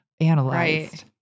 Analyzed